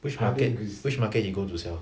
which market which market he go to sell